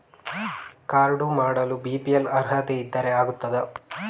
Card ಮಾಡಲು BPL ಅರ್ಹತೆ ಇದ್ದರೆ ಆಗುತ್ತದ?